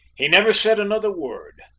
he never said another word,